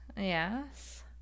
Yes